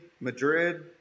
Madrid